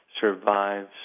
survives